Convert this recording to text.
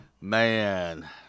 man